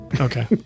Okay